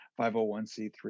501c3